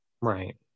Right